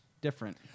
different